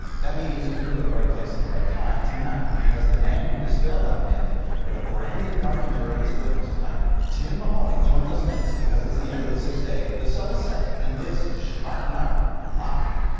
that means you're in the right place at the right time tonight because the man who dispelled that myth with a brand new documentary is with us tonight. tim mahoney joins us next, because it's the end of the sixth day, the sun has set, and this is shabbat night live.